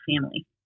family